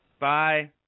Bye